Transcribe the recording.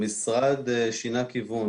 המשרד שינה כיוון.